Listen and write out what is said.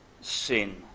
sin